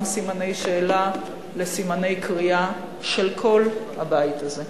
סימני שאלה לסימני קריאה של כל הבית הזה.